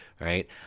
right